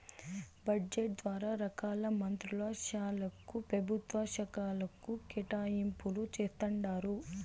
budget ద్వారా రకాల మంత్రుల శాలకు, పెభుత్వ శాకలకు కేటాయింపులు జేస్తండారు